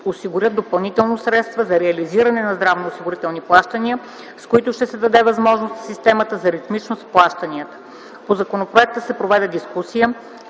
осигурят допълнително средства за реализиране на здравноосигурителни плащания, с които ще се даде възможност на системата за ритмичност в плащанията. По законопроекта се проведе дискусия